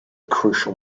crucial